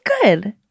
good